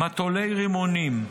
מטולי רימונים,